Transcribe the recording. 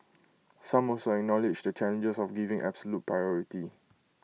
some also acknowledged the challenges of giving absolute priority